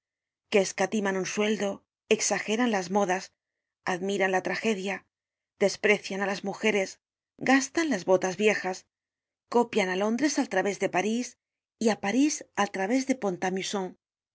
que escatiman un sueldo exageran las modas admiran la tragedia desprecian á las mujeres gastan las botas viejas copian á londres al través de parís y á parís al través de